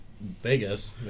vegas